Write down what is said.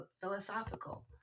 philosophical